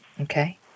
Okay